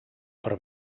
per